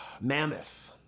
Mammoth